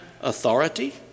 authority